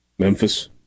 Memphis